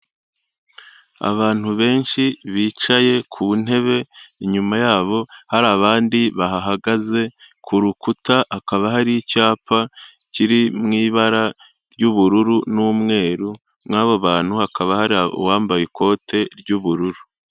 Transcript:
Abantu benshi bicaye ku ntebe, inyuma yabo hari abandi bahagaze, ku rukuta hakaba hari icyapa kiri mu ibara ry'ubururu n'umweru, muri aba bantu hakaba hari uwambaye ikote ry'ubururu.